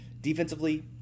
Defensively